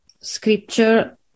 Scripture